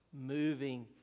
moving